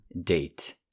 date